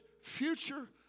future